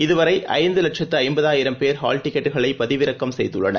இது வரைஐந்துலட்சத்துஐம்பதாயிரம் பேர் ஹால் டிக்கெட்டுகளைபதிவிறக்கம் செய்துள்ளனர்